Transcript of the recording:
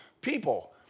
people